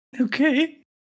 Okay